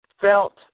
felt